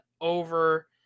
over